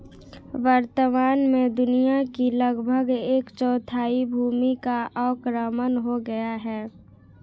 वर्तमान में दुनिया की लगभग एक चौथाई भूमि का अवक्रमण हो गया है